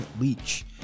Leach